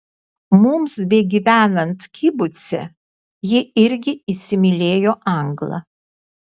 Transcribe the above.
mums begyvenant kibuce ji irgi įsimylėjo anglą